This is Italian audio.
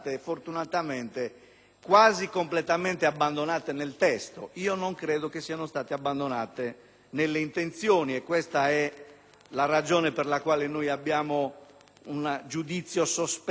quasi completamente abbandonate nel testo. Non credo però siano state abbandonate nelle intenzioni, e questa è la ragione per la quale abbiamo un giudizio sospeso fino alla fine.